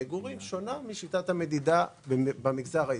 שונה משיטת המדידה במגזר העסקי.